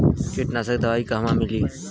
कीटनाशक दवाई कहवा मिली?